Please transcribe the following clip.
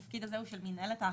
התפקיד הזה הוא של מנהלת האכיפה,